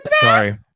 sorry